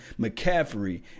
McCaffrey